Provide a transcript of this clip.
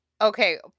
Okay